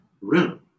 room